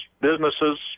businesses